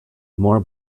more